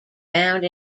found